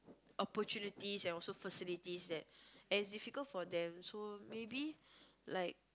opportunities and also facilities that as difficult for them so maybe like